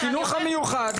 חינוך מיוחד,